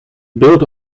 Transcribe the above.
built